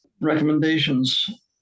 recommendations